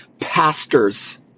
pastors